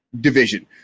division